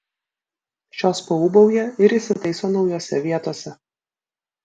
šios paūbauja ir įsitaiso naujose vietose